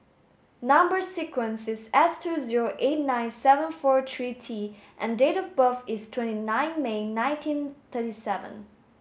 number sequence is S two zero eight nine seven four three T and date of birth is twenty nine May nineteen thirty seven